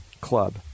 club